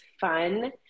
fun